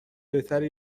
بهتره